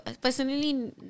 personally